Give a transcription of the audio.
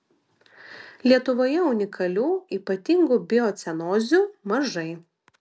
lietuvoje unikalių ypatingų biocenozių mažai